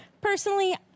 Personally